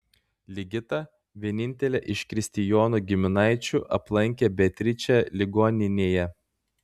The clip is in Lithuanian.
ligita vienintelė iš kristijono giminaičių aplankė beatričę ligoninėje